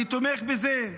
אני תומך בזה,